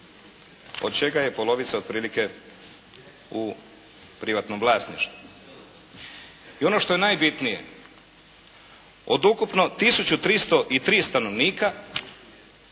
od čega je polovica otprilike u privatnom vlasništvu. I ono što je najbitnije, od ukupno tisuću 303 stanovnika